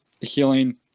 healing